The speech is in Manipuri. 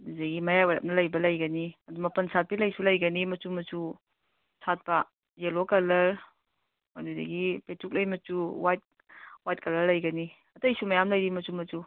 ꯑꯗꯨꯗꯒꯤ ꯃꯌꯥꯏ ꯑꯣꯏꯔꯞꯅ ꯂꯩꯕ ꯂꯩꯒꯅꯤ ꯑꯗꯨ ꯃꯄꯜ ꯁꯥꯠꯄꯤ ꯂꯩꯁꯨ ꯂꯩꯒꯅꯤ ꯃꯆꯨ ꯃꯆꯨ ꯁꯥꯠꯄ ꯌꯦꯜꯂꯣ ꯀꯂꯔ ꯑꯗꯨꯗꯒꯤ ꯄꯦꯇ꯭ꯔꯨꯛ ꯂꯩ ꯃꯆꯨ ꯋꯥꯏꯠ ꯋꯥꯏꯠ ꯀꯂꯔ ꯂꯩꯒꯅꯤ ꯑꯇꯩꯁꯨ ꯃꯌꯥꯝ ꯂꯩꯔꯤ ꯃꯆꯨ ꯃꯆꯨ